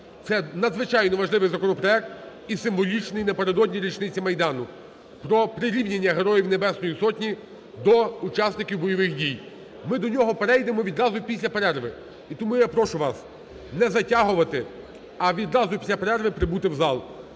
Це надзвичайно важливий законопроект і символічний напередодні річниці Майдану, про прирівняння Героїв Небесної Сотні до учасників бойових дій. Ми до нього перейдемо відразу після перерви, і тому я прошу вас не затягувати, а відразу після перерви прибути в зал.